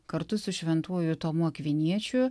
kartu su šventuoju tomu akviniečiu